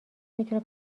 میتونه